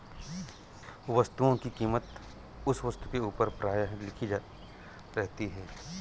वस्तुओं की कीमत उस वस्तु के ऊपर प्रायः लिखी रहती है